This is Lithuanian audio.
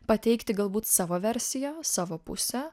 pateikti galbūt savo versiją savo pusę